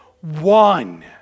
one